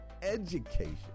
education